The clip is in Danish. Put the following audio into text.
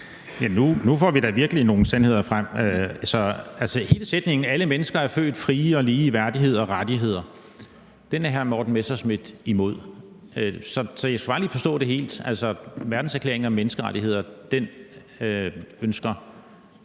Nu får vi da virkelig nogle sandheder frem. Altså, sætningen »Alle mennesker er født frie og lige i værdighed og rettigheder« er hr. Morten Messerschmidt imod. Jeg skal bare forstå det fuldstændig: Dansk Folkeparti ønsker,